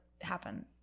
happen